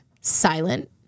silent